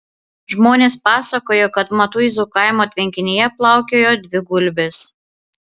žmonės pasakojo kad matuizų kaimo tvenkinyje plaukiojo dvi gulbės